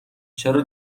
چرا